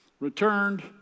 returned